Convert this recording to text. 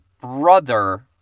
brother